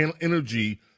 energy